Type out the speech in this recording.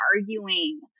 arguing